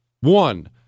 One